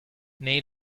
nei